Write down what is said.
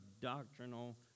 doctrinal